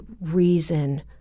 reason